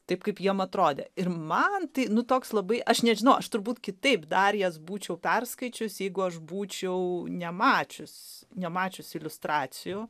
taip kaip jiem atrodė ir man tai nu toks labai aš nežinau aš turbūt kitaip dar jas būčiau perskaičius jeigu aš būčiau nemačius nemačius iliustracijų